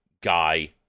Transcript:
guy